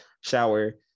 shower